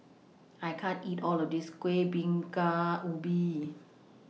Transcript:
I can't eat All of This Kueh Bingka Ubi